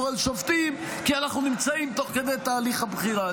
הציבור על שופטים כי אנחנו נמצאים תוך כדי לתהליך הבחירה,